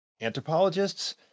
anthropologists